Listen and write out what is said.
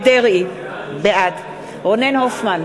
בעד רונן הופמן,